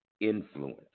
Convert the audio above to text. influence